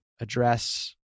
address